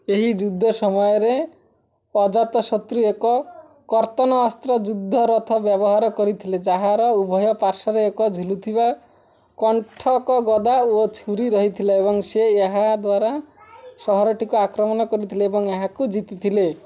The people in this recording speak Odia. ଏହି ଯୁଦ୍ଧ ସମୟରେ ଅଜାତଶତ୍ରୁ ଏକ କର୍ତ୍ତନ ଅସ୍ତ୍ର ଯୁଦ୍ଧ ରଥ ବ୍ୟବହାର କରିଥିଲେ ଯାହାର ଉଭୟ ପାର୍ଶ୍ୱରେ ଏକ ଝୁଲୁଥିବା କଣ୍ଠକ ଗଦା ଓ ଛୁରୀ ରହିଥିଲା ଏବଂ ସେ ଏହା ଦ୍ଵାରା ସହରଟିକୁ ଆକ୍ରମଣ କରିଥିଲେ ଏବଂ ଏହାକୁ ଜିତିଥିଲେ